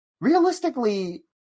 realistically